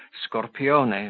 scorpiones,